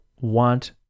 want